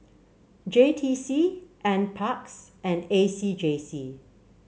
J T C NParks and A C J C